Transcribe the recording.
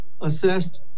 assessed